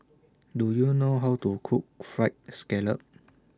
Do YOU know How to Cook Fried Scallop